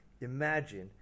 imagine